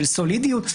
של סולידיות,